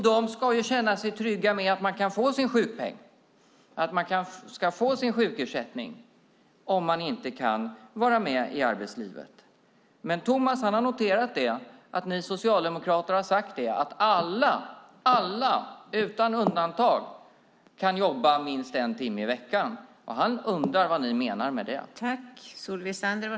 De ska känna sig trygga med att de kan få sin sjukpenning och att de ska få sin sjukersättning om de inte kan vara med i arbetslivet. Men Tomas har noterat att ni socialdemokrater har sagt att alla utan undantag kan jobba minst en timme i veckan. Han undrar vad ni menar med det.